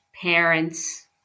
parents